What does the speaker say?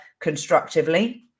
constructively